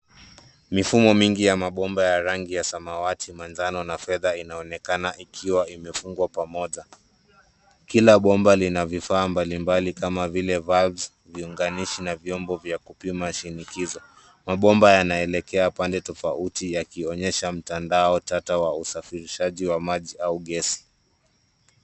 Mifumo mingi ya mabomba ya rangi ya samawati, manjano na fedha inaonekana ikiwa imefungwa pamoja. Kila bomba lina vifaa mbalimbali kama vile valves , viunganishi na vyombo vya kupima shinikizo. Mabomba yanaelekea pande tofauti yakionyesha mtandao tata wa usafirishaji wa maji au gesi.